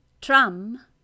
tram